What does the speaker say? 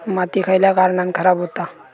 माती खयल्या कारणान खराब हुता?